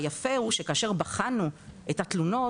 והיפה הוא שכאשר בחנו את התלונות,